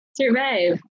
Survive